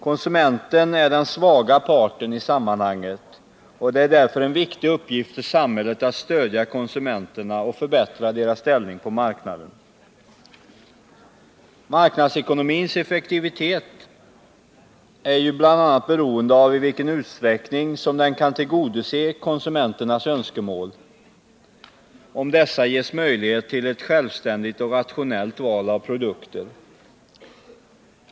Konsumenten är den svaga parten i sammanhanget, och det är därför en viktig uppgift för samhället att stödja konsumenterna och förbättra deras ställning på marknaden. Marknadsekonomins effektivitet är ju bl.a. beroende av i vilken utsträckning som den kan tillgodose konsumenternas önskemål, om dessa ges möjlighet till ett självständigt och rationellt val av produkter.